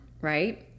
right